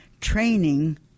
Training